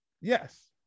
Yes